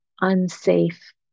unsafe